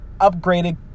upgraded